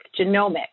genomics